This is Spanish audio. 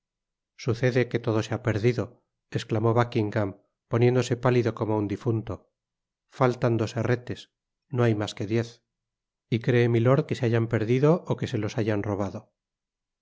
sucede que todo se ha perdido esclamó buckingam poniéndose pálido como un difunto faltan dos herretes no hay mas que diez y cree milord que se hayan perdido ó que se los háyan robado